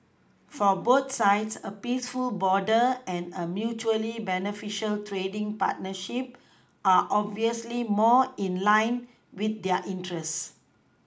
for both sides a peaceful border and a mutually beneficial trading partnership are obviously more in line with their interests